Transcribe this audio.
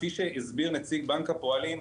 כפי שהסביר נציג בנק הפועלים,